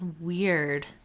Weird